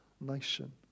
nation